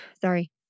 sorry